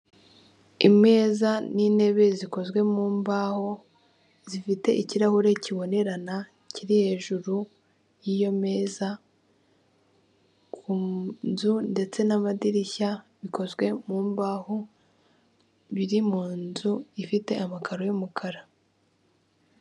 Imeza n'intebe zikozwe mu mbaho, zifite ikirahure kibonerana kiri hejuru y'iyo meza, ku nzu ndetse n'amadirishya bikozwe mu mbaho, biri mu nzu ifite amakaro y'umukara.